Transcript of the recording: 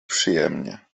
przyjemnie